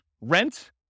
rent